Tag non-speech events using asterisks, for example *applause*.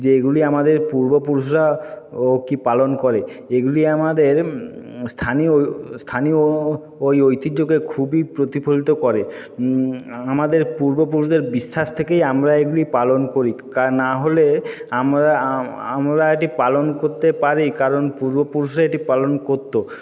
যে এগুলি আমাদের পূর্বপুরুষরা ও কী পালন করে এগুলি আমাদের স্থানীয় স্থানীয় ওই ঐতিহ্যকে খুবই প্রতিফলিত করে আমাদের পূর্বপুরুষদের বিশ্বাস থেকেই আমরা এগুলি পালন করি *unintelligible* না হলে আমরা আমরা এটি পালন করতে পারি কারণ পূর্বপুরুষরা এটি পালন করতো